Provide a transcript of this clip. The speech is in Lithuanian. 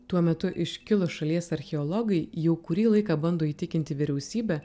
tuo metu iškilūs šalies archeologai jau kurį laiką bando įtikinti vyriausybę